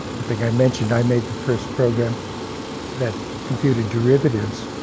i think i mentioned i made the first program that computed derivatives.